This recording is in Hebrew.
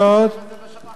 זה לא שטח כבוש.